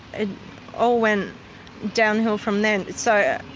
it all went downhill from then so